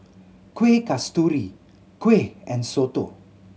Kueh Kasturi kuih and soto